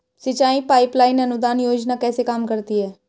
सिंचाई pipeline अनुदान योजना कैसे काम करती है?